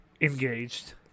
engaged